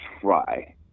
try